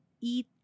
eat